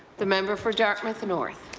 the member for dartmouth north.